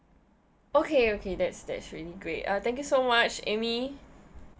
okay okay that's that's really great uh thank you so much amy